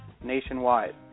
nationwide